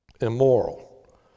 immoral